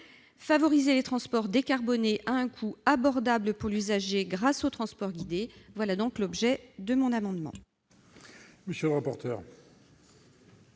Favoriser les transports décarbonés à un coût abordable pour l'usager, grâce aux transports guidés, tel est l'objet de cet amendement.